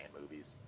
movies